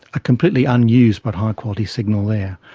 a completely unused but high quality signal there.